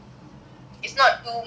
is not too much